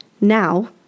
Now